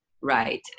right